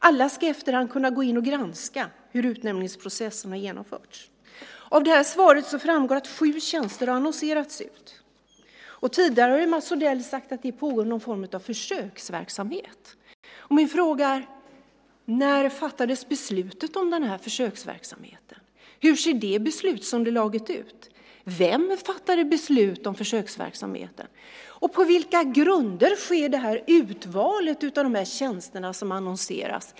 Alla ska i efterhand kunna gå in och granska hur utnämningsprocessen har genomförts. Av detta svar framgår det att sju tjänster har annonserats ut. Tidigare har Mats Odell sagt att det pågår någon form av försöksverksamhet. Min fråga är: När fattades beslutet om denna försöksverksamhet? Hur ser det beslutsunderlaget ut? Vem fattade beslut om försöksverksamheten? Och på vilka grunder sker valet av de tjänster som annonseras?